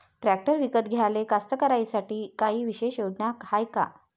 Tractor विकत घ्याले कास्तकाराइसाठी कायी विशेष योजना हाय का?